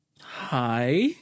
Hi